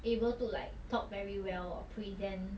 able to like talk very well or present